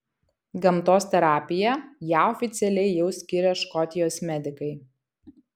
gamtos terapija ją oficialiai jau skiria škotijos medikai